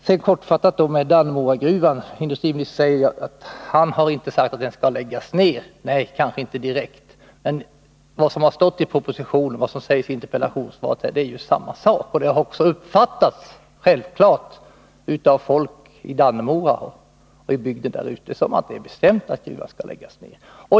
Sedan kortfattat något om Dannemora gruva. Industriministern säger att han inte har sagt att den skall läggas ner. Nej, kanske inte direkt, men vad som har stått i propositionen och vad som sägs i interpellationssvaret innebär ju samma sak. Folk i Dannemora och i bygden där omkring har också självfallet uppfattat det så, att det är bestämt att gruvan skall läggas ner.